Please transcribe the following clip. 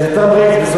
זה תמריץ.